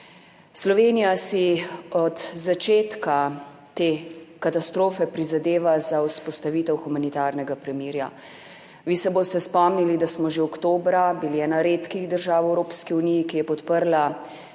Slovenija si od začetka te katastrofe prizadeva za vzpostavitev humanitarnega premirja. Vi se boste spomnili, da smo že oktobra bili ena redkih držav v Evropski uniji, ki je podprla